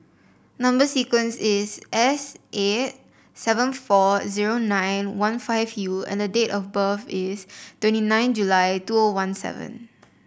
number sequence is S eight seven four zero nine one five U and the date of birth is twenty nine July two O one seven